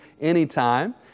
anytime